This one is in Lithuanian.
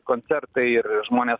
koncertai ir žmonės